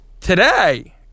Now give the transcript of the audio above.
Today